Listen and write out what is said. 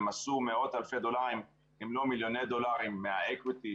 הן עשו מאות אלפי דולרים אם לא מיליוני דולרים מה-equities,